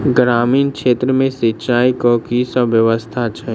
ग्रामीण क्षेत्र मे सिंचाई केँ की सब व्यवस्था छै?